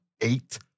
eight